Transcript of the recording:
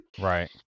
right